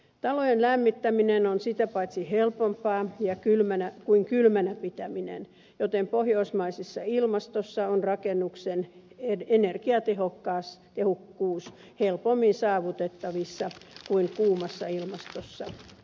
talojen lämmittäminen on sitä paitsi helpompaa kuin kylmänä pitäminen joten pohjoismaisessa ilmastossa on rakennuksen energiatehokkuus helpommin saavutettavissa kuin kuumassa ilmastossa